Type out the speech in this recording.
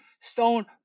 Stone